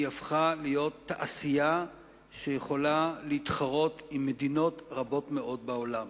היא הפכה להיות תעשייה שיכולה להתחרות עם מדינות רבות מאוד בעולם.